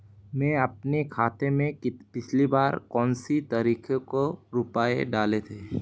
मैंने अपने खाते में पिछली बार कौनसी तारीख को रुपये डाले थे?